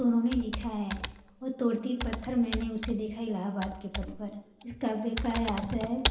तो उन्होंने लिखा है वह तोड़ती पत्थर मैंने उसे देखा इलाहाबाद के पथ पर इस काव्य का यह आशय है